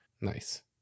Nice